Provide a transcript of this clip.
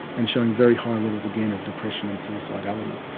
and showing very high levels, again, of depression and suicidality.